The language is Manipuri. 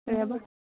ꯀꯩ ꯍꯥꯏꯕ